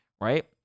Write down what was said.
right